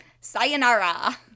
sayonara